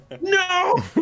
No